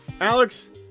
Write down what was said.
Alex